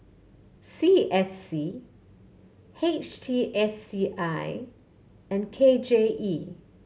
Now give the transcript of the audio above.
C S C H T S C I and K J E